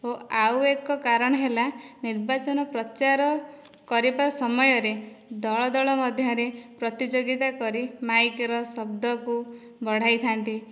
ଓ ଆଉ ଏକ କାରଣ ହେଲା ନିର୍ବାଚନ ପ୍ରଚାର କରିବା ସମୟରେ ଦଳ ଦଳ ମଧ୍ୟରେ ପ୍ରତିଯୋଗିତା କରି ମାଇକ୍ ର ଶବ୍ଦକୁ ବଢାଇଥାନ୍ତି